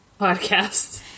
podcast